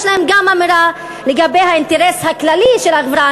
יש להן גם אמירה לגבי האינטרס הכללי של החברה.